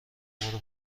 برو